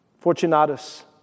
Fortunatus